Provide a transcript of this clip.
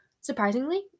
Surprisingly